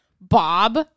Bob